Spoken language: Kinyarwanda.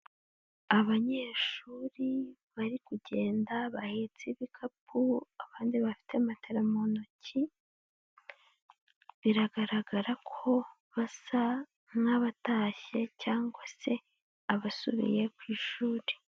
Abanyeshuri bari kugenda bahetse ibikapu abandi bafite materala mu ntoki, biragaragara ko basa nk'abatashye cyangwa se abasubiye ku ishuri.